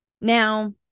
Now